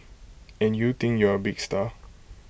and you think you're A big star